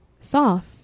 Soft